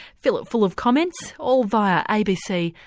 fill it full of comments all via abc.